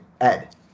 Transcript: Ed